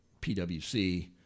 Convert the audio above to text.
PwC